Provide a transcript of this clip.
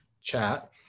chat